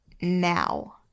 now